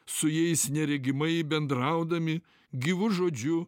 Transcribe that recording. su jais neregimai bendraudami gyvu žodžiu